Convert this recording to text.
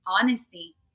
Honesty